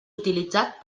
utilitzat